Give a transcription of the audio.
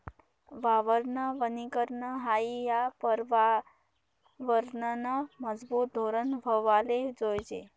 वावरनं वनीकरन हायी या परयावरनंनं मजबूत धोरन व्हवाले जोयजे